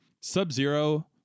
Sub-Zero